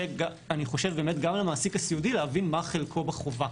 גם למעסיק הסיעודי להבין מה חלקו בחובה.